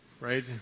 right